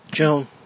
Joan